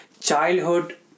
childhood